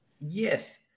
Yes